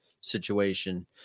situation